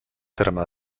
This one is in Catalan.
terme